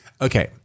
Okay